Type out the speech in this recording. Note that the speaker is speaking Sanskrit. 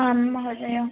आं महोदय